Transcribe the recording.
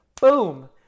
boom